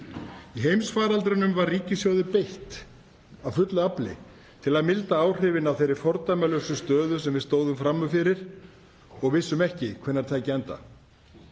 Í heimsfaraldrinum var ríkissjóði beitt af fullu afli til að milda áhrifin af þeirri fordæmalausu stöðu sem við stóðum frammi fyrir og vissum ekki hvenær tæki enda.